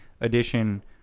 edition